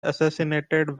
assassinated